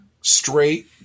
straight